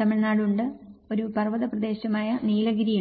തമിഴ്നാട് ഉണ്ട് നിങ്ങൾക്ക് ഒരു പർവതപ്രദേശമായി നീലഗിരിയുണ്ട്